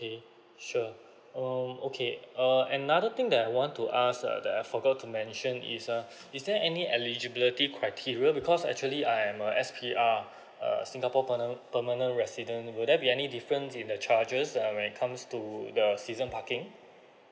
sure um okay err another thing that I want to ask uh that I forgot to mention is uh is there any eligibility criteria because actually I am a S_P_R err singapore perma~ permanent resident will there be any difference in the charges uh when comes to the season parking